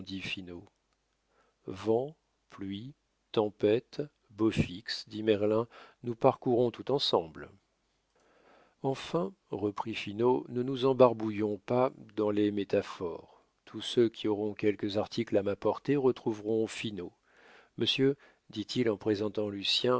pluies tempête beau fixe dit merlin nous parcourrons tout ensemble enfin reprit finot ne nous embarbouillons pas dans les métaphores tous ceux qui auront quelques articles à m'apporter retrouveront finot monsieur dit-il en présentant lucien